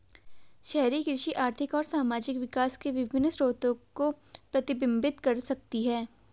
शहरी कृषि आर्थिक और सामाजिक विकास के विभिन्न स्तरों को प्रतिबिंबित कर सकती है